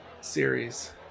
series